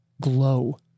glow